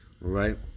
right